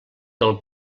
del